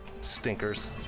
stinkers